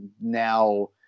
now